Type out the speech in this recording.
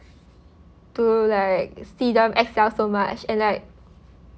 to like see them excel so much and like